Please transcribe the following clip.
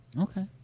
Okay